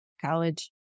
college